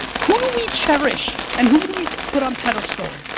who do we cherish and who do we put on pedestal?